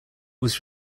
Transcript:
was